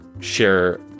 share